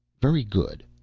very good.